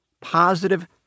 positive